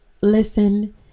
listen